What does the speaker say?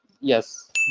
yes